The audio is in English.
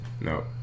No